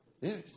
Yes